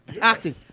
acting